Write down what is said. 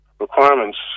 Requirements